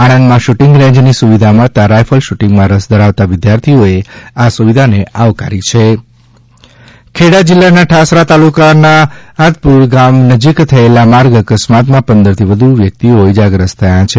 આણંદમાં શૂટીંગ રેજ્જની સુવિધા મળતા રાઇફલ શુટીંગમાં રસ ધરાવતા વિદ્યાર્થીઓએ આ સુવિધાને આવકારી છે ખેડા જિલ્લાના ઠાસરા તાલુકાના બાધરપુરા ગામ નજીક થયેલા માર્ગ અકસ્માતમાં પંદરથી વધુ વ્યક્તિઓ ઇજાગ્રસ્ત થયા છે